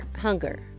hunger